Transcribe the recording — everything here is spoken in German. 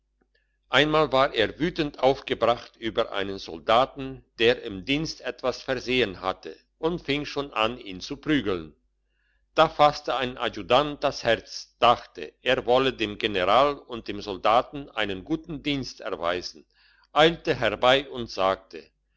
einmal war er wütend aufgebracht über einen soldaten der im dienst etwas versehen hatte und fing schon an ihn zu prügeln da fasste ein adjutant das herz dachte er wolle dem general und dem soldaten einen guten dienst erweisen eilte herbei und sagte